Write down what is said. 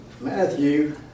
Matthew